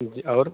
जी और